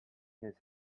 his